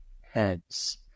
heads